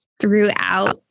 throughout